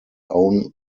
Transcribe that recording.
own